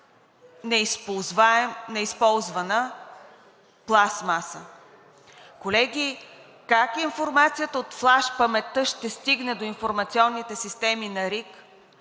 неизползвана пластмаса. Колеги, как информацията от флашпаметта ще стигне до информационните системи на РИК,